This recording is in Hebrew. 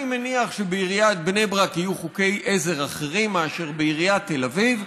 אני מניח שבעיריית בני ברק יהיו חוקי עזר אחרים מאשר בעיריית תל אביב,